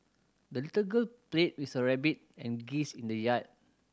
the little girl played with her rabbit and geese in the yard